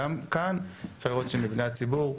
גם כאן אפשר לראות שמבני הציבור,